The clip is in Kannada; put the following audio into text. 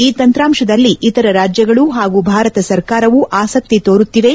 ಈ ತಂತ್ರಾಂಶದಲ್ಲಿ ಇತರ ರಾಜ್ಗಳು ಹಾಗೂ ಭಾರತ ಸರ್ಕಾರವೂ ಆಸಕ್ತಿ ತೋರುತ್ತಿವೆ